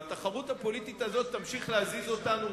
והתחרות הפוליטית הזאת תמשיך להזיז אותנו